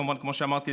כמו שאמרתי,